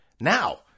Now